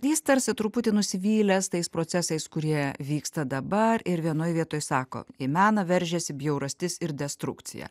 jis tarsi truputį nusivylęs tais procesais kurie vyksta dabar ir vienoj vietoj sako į meną veržiasi bjaurastis ir destrukcija